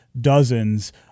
dozens